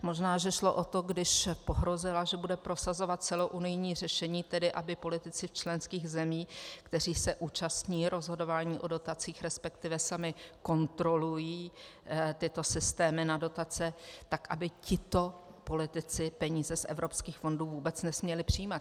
Možná že šlo o to, když pohrozila, že bude prosazovat celounijní řešení, tedy aby politici členských zemí, kteří se účastní rozhodování o dotacích, resp. sami kontrolují tyto systémy na dotace, tak aby tito politici peníze z evropských fondů vůbec nesměli přijímat.